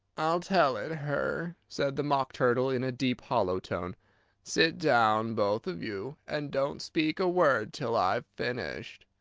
i'll tell it her, said the mock turtle in a deep, hollow tone sit down, both of you, and don't speak a word till i've finished.